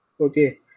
okay